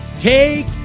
take